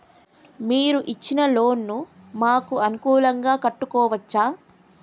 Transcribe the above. మీరు ఇచ్చిన లోన్ ను మాకు అనుకూలంగా కట్టుకోవచ్చా?